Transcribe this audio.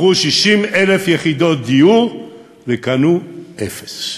מכרו 60,000 יחידות דיור וקנו אפס,